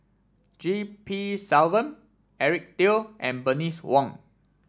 G P Selvam Eric Teo and Bernice Wong